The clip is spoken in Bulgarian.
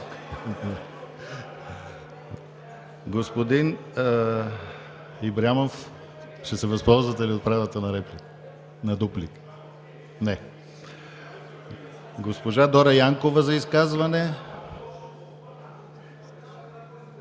Господин Ибрямов, ще се възползвате ли от правото си на дуплика? Не. Госпожа Дора Янкова – за изказване.